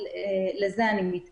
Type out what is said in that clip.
לפעילות של מנהיגות נוער,